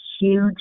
huge